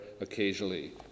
occasionally